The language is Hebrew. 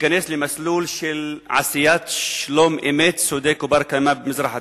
ייכנס למסלול של עשיית שלום אמת צודק ובר-קיימא במזרח התיכון.